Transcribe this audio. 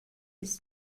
his